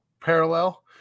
parallel